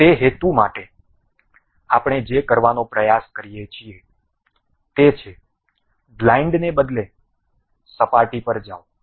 તે હેતુ માટે આપણે જે કરવાનો પ્રયાસ કરી રહ્યા છીએ તે છે બ્લાઇન્ડને બદલે સપાટી પર જાઓ